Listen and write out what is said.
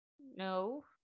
No